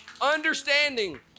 understanding